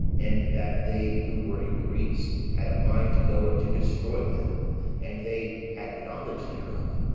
and that they who were in greece, had a mind to go and to destroy them and they had knowledge thereof,